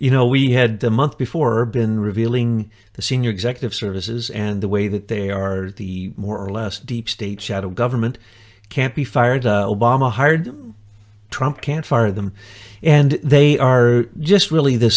you know we had the month before been revealing the senior executive services and the way that they are the more or less deep state shadow government can't be fired a hired trump can't fire them and they are just really the